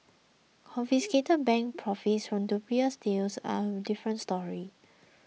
confiscated bank profits from dubious deals are a different story